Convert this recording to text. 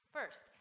First